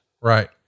right